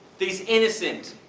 these innocent,